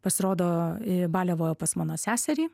pasirodo baliavojo pas mano seserį